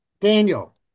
Daniel